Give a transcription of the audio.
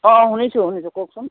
অঁ অঁ শুনিছোঁ কওকচোন